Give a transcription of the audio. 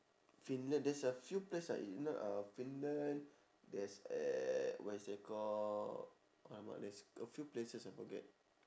finland there's a few place ah in uh finland there's uh what is it that call quite a lot there's a few places I forget